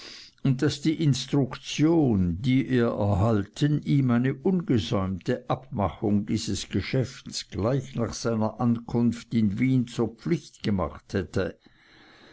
und daß die instruktion die er erhalten ihm eine ungesäumte abmachung dieses geschäfts gleich nach seiner ankunft in wien zur pflicht gemacht hätte